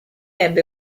ebbe